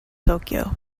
tokyo